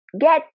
get